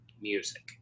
music